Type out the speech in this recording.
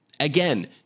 Again